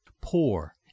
Poor